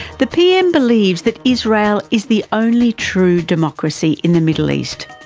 the pm believes that israel is the only true democracy in the middle east.